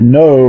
no